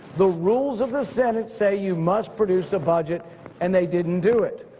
the rules of the senate say you must produce a budget and they didn't do it,